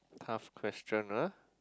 tough question ah